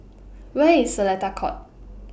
Where IS Seletar Court